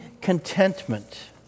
contentment